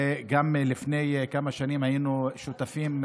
וגם לפני כמה שנים היינו שותפים,